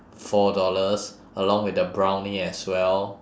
four dollars along with the brownie as well